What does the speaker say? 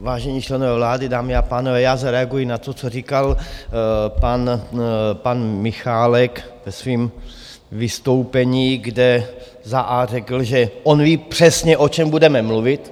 Vážení členové vlády, dámy a pánové, já zareaguji na to, co říkal pan Michálek ve svém vystoupení, kde za a) řekl, že on ví přesně, o čem budeme mluvit.